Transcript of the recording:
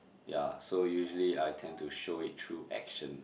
ya so usually I tend to show it through actions